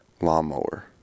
lawnmower